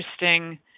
interesting